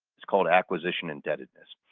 it's called acquisition indebtedness.